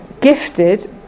gifted